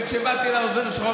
כשבאתי לעוזר שלך,